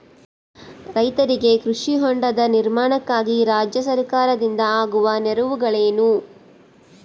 ರೈತರಿಗೆ ಕೃಷಿ ಹೊಂಡದ ನಿರ್ಮಾಣಕ್ಕಾಗಿ ರಾಜ್ಯ ಸರ್ಕಾರದಿಂದ ಆಗುವ ನೆರವುಗಳೇನು?